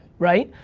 right?